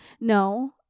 No